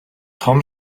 том